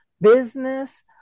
business